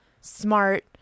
smart